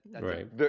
right